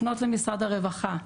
לפנות למשרד הרווחה,